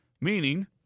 Meaning